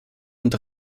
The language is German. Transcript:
und